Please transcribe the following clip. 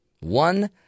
One